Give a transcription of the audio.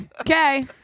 Okay